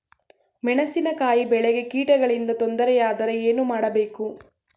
ಮೆಣಸಿನಕಾಯಿ ಬೆಳೆಗೆ ಕೀಟಗಳಿಂದ ತೊಂದರೆ ಯಾದರೆ ಏನು ಮಾಡಬೇಕು?